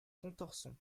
pontorson